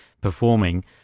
performing